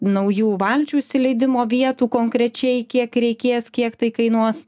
naujų valčių įsileidimo vietų konkrečiai kiek reikės kiek tai kainuos